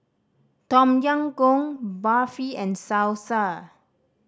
Tom Yam Goong Barfi and Salsa